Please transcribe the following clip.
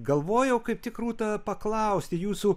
galvojau kaip tik rūta paklausti jūsų